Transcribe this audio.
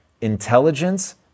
intelligence